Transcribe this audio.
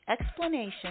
explanation